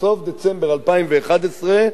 בסוף דצמבר 2011,